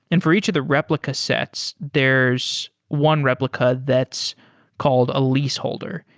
and for each of the replica sets, there's one replica that's called a leaseholder,